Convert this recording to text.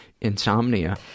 insomnia